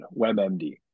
WebMD